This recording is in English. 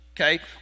okay